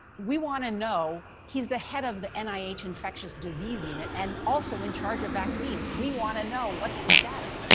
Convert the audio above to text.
we want to know he's the head of the n i h. infectious disease unit and in charge of vaccines. we want to know what's the status.